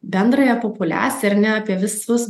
bendrąją populiaciją ar ne apie visus